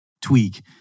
tweak